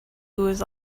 was